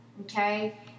okay